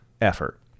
effort